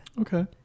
Okay